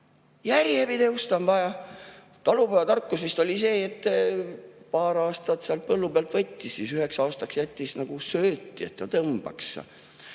Järjepidevust on vaja! Talupojatarkus vist oli see, et paar aastat sealt põllu pealt võttis, siis üheks aastaks jättis sööti, et ta tõmbaks.